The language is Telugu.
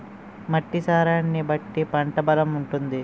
మట్టి సారాన్ని బట్టి పంట బలం ఉంటాది